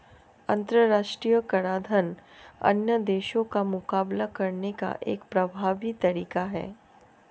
अंतर्राष्ट्रीय कराधान अन्य देशों का मुकाबला करने का एक प्रभावी तरीका है